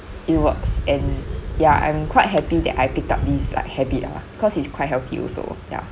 it works and ya I'm quite happy that I picked up this like habit uh cause it's quite healthy also ya